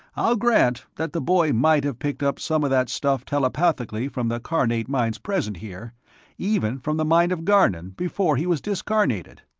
i'll grant that the boy might have picked up some of that stuff telepathically from the carnate minds present here even from the mind of garnon, before he was discarnated.